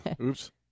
Oops